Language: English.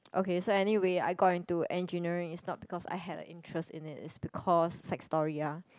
okay so anyway I got into engineering is not because I had a interest in it is because sad story ah